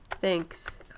Thanks